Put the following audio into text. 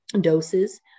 doses